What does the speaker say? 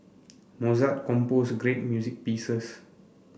Mozart composed great music pieces